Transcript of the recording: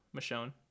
Michonne